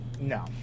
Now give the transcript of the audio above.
no